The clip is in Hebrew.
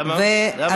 כמה ?למה את לא שמה לי,